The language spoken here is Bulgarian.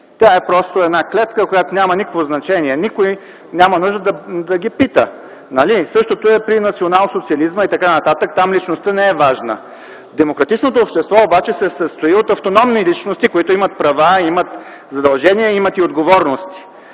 Тя е просто една клетка, която няма никакво значение. Никой няма нужда да ги пита. Същото е при националсоциализма и т.н. Там личността не е важна. Демократичното общество обаче се състои от автономни личности, които имат права, имат задължения, имат и отговорности.